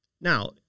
Now